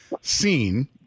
seen